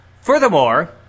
furthermore